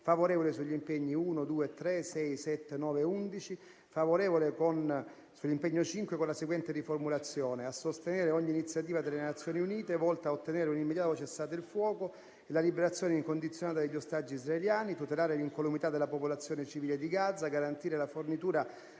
favorevole sugli impegni nn. 1, 2, 3, 6, 7, 9 e 11. Esprimo parere favorevole sull'impegno n. 5 con la seguente riformulazione: "a sostenere ogni iniziativa delle Nazioni Unite volta a ottenere un immediato cessate il fuoco e la liberazione incondizionata degli ostaggi israeliani, tutelare l'incolumità della popolazione civile di Gaza, garantire la fornitura